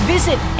Visit